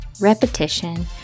repetition